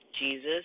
Jesus